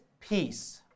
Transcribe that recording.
peace